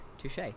Touche